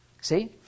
See